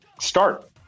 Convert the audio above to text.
start